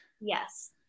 yes